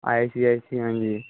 ਆਈ C S E ਹਾਂਜੀ